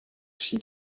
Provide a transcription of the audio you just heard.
she